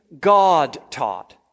God-taught